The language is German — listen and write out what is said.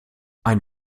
ein